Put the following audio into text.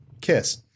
Kiss